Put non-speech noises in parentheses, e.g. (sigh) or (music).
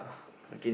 (breath)